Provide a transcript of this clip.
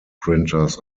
printers